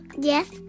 Yes